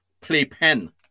playpen